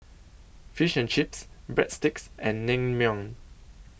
Fish and Chips Breadsticks and Naengmyeon